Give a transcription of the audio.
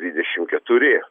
dvidešimt keturi